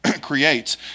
creates